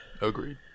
Agreed